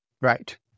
right